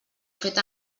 fet